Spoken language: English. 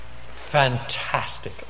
Fantastic